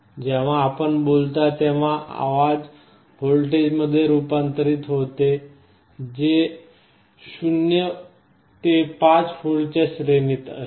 जेव्हा आपण बोलता तेव्हा आवाज व्होल्टेजमध्ये रूपांतरित होते जे 0 ते 5V च्या श्रेणीत असते